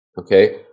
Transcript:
okay